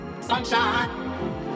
Sunshine